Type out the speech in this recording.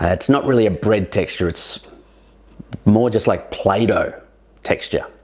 ah it's not really a bread texture it's more just like playdough texture!